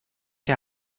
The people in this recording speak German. der